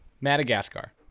madagascar